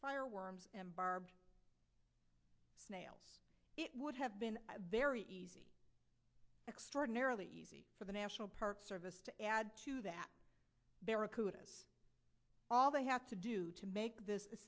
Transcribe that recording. fire worms and barbed it would have been very easy extraordinarily easy for the national park service to add to that barracudas all they have to do to make this